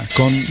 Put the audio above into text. con